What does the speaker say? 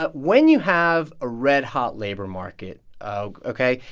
but when you have a red-hot labor market ok?